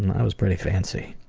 and i was pretty fancy.